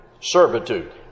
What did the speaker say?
servitude